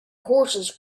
horses